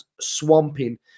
swamping